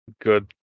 good